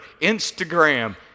Instagram